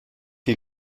die